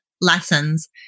lessons